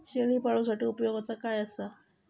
शेळीपाळूसाठी उपयोगाचा काय असा?